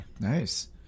nice